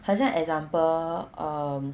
好像 example um